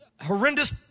horrendous